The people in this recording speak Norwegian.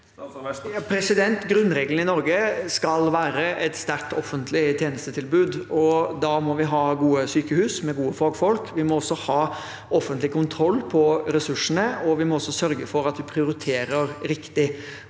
Grunnre- gelen i Norge skal være et sterkt offentlig tjenestetilbud, og da må vi ha gode sykehus med gode fagfolk. Vi må også ha offentlig kontroll på ressursene, og vi må sørge for at vi prioriterer riktig.